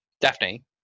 Daphne